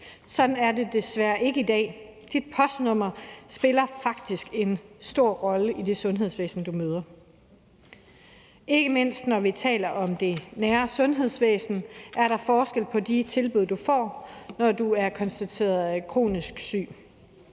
Sådan er det desværre ikke i dag. Dit postnummer spiller faktisk en stor rolle for, hvilket sundhedsvæsen du møder. Ikke mindst når vi taler om det nære sundhedsvæsen, er der forskel på de tilbud, du får, når du er konstateret kronisk syg,